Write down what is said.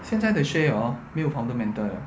现在的 share hor 没有 fundamental 了